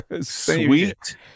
sweet